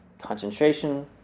concentration